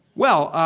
well,